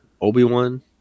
obi-wan